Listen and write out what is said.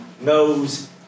knows